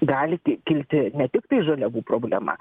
gali t kilti ne tiktai žaliavų problema